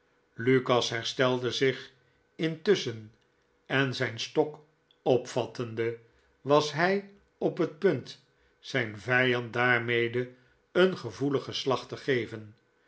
lukas herstelde zich intusschen en zijn stok opvattende was hij op net punt zijn vijand daarmede een gevoeligen slag te geven